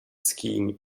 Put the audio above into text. skiing